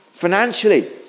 Financially